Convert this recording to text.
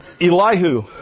Elihu